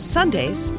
Sundays